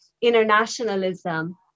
internationalism